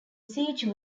siege